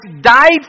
died